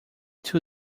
two